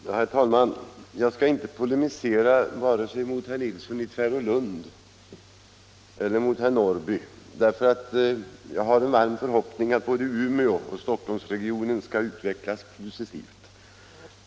Herr talman! Jag skall inte polemisera vare sig mot herr Nilsson i Tvärålund eller mot herr Norrby i Åkersberga, därför att jag har en varm förhoppning att både Umeå och Stockholmsregionen skall utvecklas positivt.